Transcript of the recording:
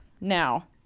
Now